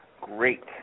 Great